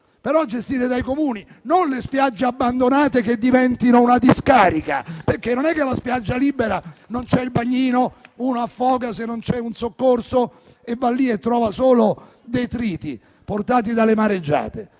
però gestite dai Comuni; non le spiagge abbandonate che diventano una discarica. Non vogliamo le spiagge libere dove non c'è il bagnino, si affoga se non c'è il soccorso e si trovino solo detriti portati dalle mareggiate.